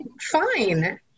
fine